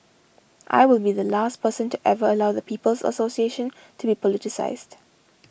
I will be the last person to ever allow the People's Association to be politicised